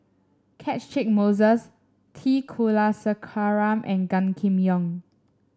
Catchick Moses T Kulasekaram and Gan Kim Yong